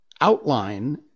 outline